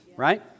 right